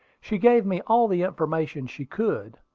she gave me all the information she could.